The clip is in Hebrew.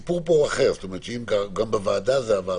הסיפור פה הוא אחר, אם גם בוועדה זה עבר.